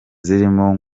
zirimo